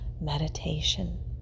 meditation